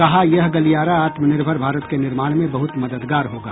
कहा यह गलियारा आत्मनिर्भर भारत के निर्माण में बहुत मददगार होगा